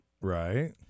Right